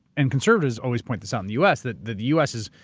and conservatives always point this out in the u. s, that the the u. s. is,